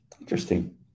Interesting